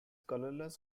colorless